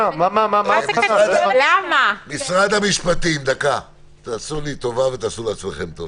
משרד המשפטים, תעשו לי טובה ותעשו לעצמכם טובה,